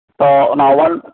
ᱛᱚ ᱚᱱᱟ ᱚᱣᱟᱱ